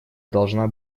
должна